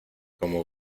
como